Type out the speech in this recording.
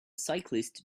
cyclist